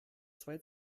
zwei